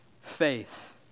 faith